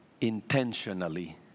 intentionally